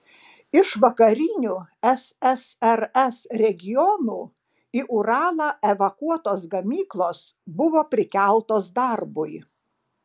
iš vakarinių ssrs regionų į uralą evakuotos gamyklos buvo prikeltos darbui